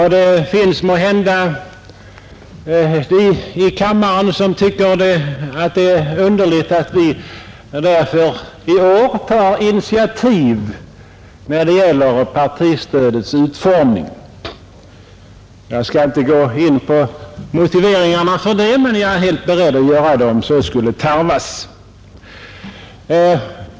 Det finns måhända de här i kammaren som därför tycker att det är underligt att vi i år tar initiativ när det gäller partistödets utformning. Jag skall inte gå in på motiveringarna för det, men jag är beredd att göra det om så skulle tarvas.